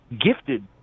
gifted